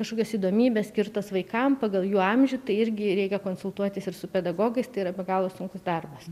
kažkokios įdomybės skirtos vaikam pagal jų amžių tai irgi reikia konsultuotis ir su pedagogais tai yra be galo sunkus darbas